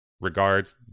Regards